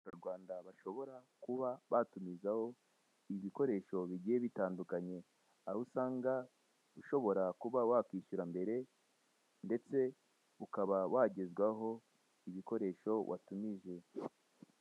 Abanyarwanda bashobora kuba batumizaho ibikoresho bigiye bitandukanye aho usanga ushobora kuba wakwishyura mbere ndetse ukaba wagezwaho ibikoresho watumije.